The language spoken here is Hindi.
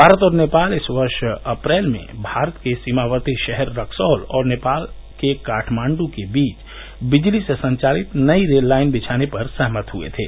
भारत और नेपाल इस वर्ष अप्रैल में भारत के सीमावर्ती शहर रक्सोल और नेपाल के काठमांड् के बीच बिजली से संचालित नई रेल लाइन बिछाने पर सहमत हुए थे